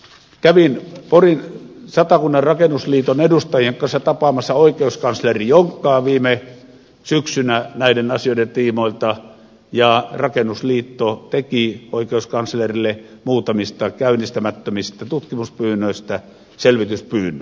kävin satakunnan rakennusliiton edustajien kanssa tapaamassa oikeuskansleri jonkkaa viime syksynä näiden asioiden tiimoilta ja rakennusliitto teki oikeuskanslerille muutamista käynnistämättömistä tutkimuspyynnöistä selvityspyynnön